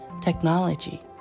technology